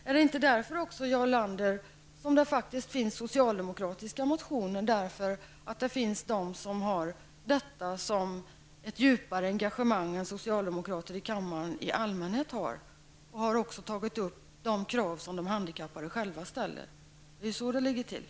Är det inte så, Jarl Lander, att det finns socialdemokratiska motioner därför att det faktiskt finns de som känner ett djupare engagemang i detta avseende än vad socialdemokraterna här i kammaren i allmänhet gör och därför att dessa har tagit upp de krav som de handikappade själva ställer? Det är ju så det ligger till.